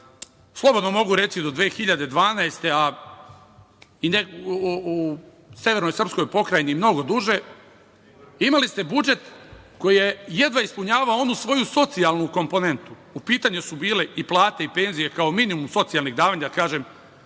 slobodno mogu reći do 2012. godine, a u Severnoj srpskoj pokrajini mnogo duže, imali ste budžet koji je jedva ispunjavao onu svoju socijalnu komponentu. U pitanju su bile i plate i penzije kao minimum socijalnih davanja, a